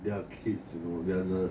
their kids you know their the